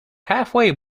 halfway